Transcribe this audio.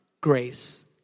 grace